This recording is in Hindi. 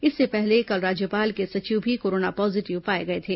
इससे पहले कल राज्यपाल के सचिव भी कोरोना पॉजीटिव पाए गए थे